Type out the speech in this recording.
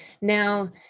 Now